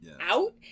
out